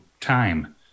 time